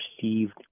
perceived